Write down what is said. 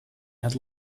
had